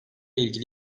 ilgili